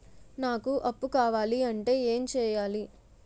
నాకు అప్పు కావాలి అంటే ఎం చేయాలి?